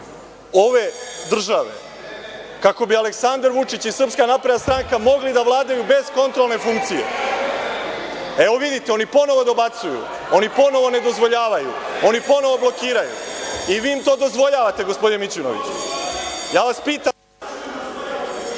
ove države, kako bi Aleksandar Vučić i SNS mogli da vladaju bez kontrolne funkcije. Evo vidite, oni ponovo dobacuju, oni ponovo ne dozvoljavaju, oni ponovo blokiraju i vi im to dozvoljavate gospodine Mićunoviću. Ja vas pitam…